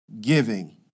giving